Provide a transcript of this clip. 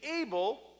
able